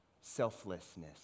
selflessness